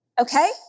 Okay